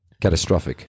catastrophic